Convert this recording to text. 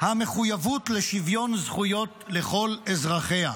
והמחויבות לשוויון זכויות לכל אזרחיה.